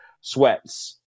sweats